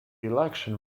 election